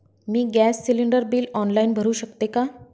मी gas cylinder bill online भरु शकते का?